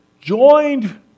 joined